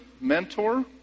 mentor